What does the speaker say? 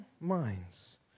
minds